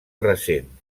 recent